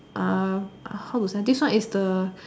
how to say this one is the